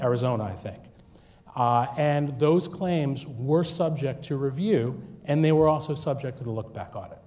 arizona i think ah and those claims were subject to review and they were also subject to the look back on it